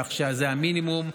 כך שזה המינימום,